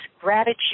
gratitude